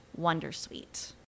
Wondersuite